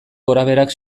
gorabeherak